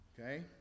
okay